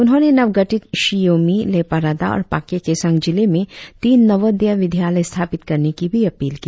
उन्होंने नव गठित शी योमी लेपा रादा और पाक्के केसांग जिले में तीन नवोदया विद्यालय स्थापित करने की भी अपील की